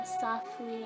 softly